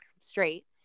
straight